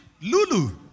Lulu